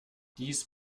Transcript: dies